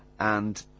and